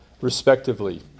respectively